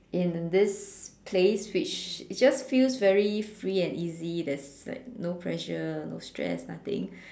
in then this place which it just feels very free and easy this like no pressure no stress nothing